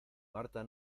marta